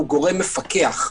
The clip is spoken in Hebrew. גורם מפקח.